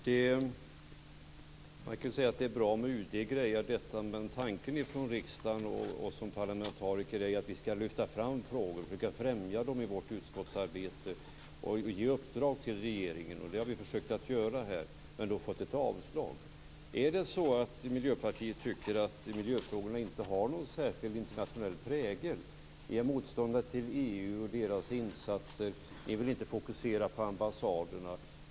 Fru talman! Man kan säga att det är bra om UD grejar detta. Men tanken är att riksdagen och vi parlamentariker ska lyfta fram frågor, försöka främja dem i vårt utskottsarbete och ge uppdrag till regeringen. Det har vi försökt att göra här. Men då har vi fått ett avstyrkande. Tycker Miljöpartiet att miljöfrågorna inte har någon särskilt internationell prägel? Ni är motståndare till EU och dess insatser. Ni vill inte fokusera på ambassaderna.